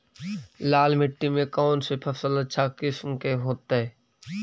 लाल मिट्टी में कौन से फसल अच्छा किस्म के होतै?